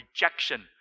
rejection